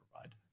provide